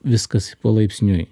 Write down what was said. viskas palaipsniui